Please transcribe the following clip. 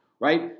right